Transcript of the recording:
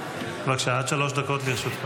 בבקשה, עד שלוש דקות לרשותך.